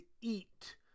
eat